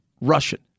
Russian